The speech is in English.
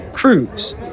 cruise